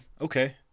Okay